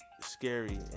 Scary